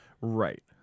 Right